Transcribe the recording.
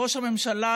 ראש הממשלה,